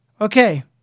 okay